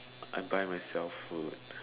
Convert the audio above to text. I buy myself food